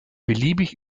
beliebig